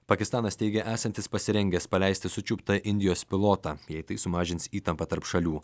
pakistanas teigia esantis pasirengęs paleisti sučiuptą indijos pilotą jei tai sumažins įtampą tarp šalių